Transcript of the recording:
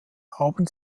haben